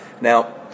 now